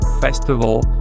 festival